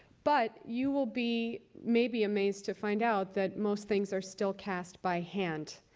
but, you will be maybe amazed to find out that most things are still cast by hand.